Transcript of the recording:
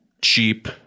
cheap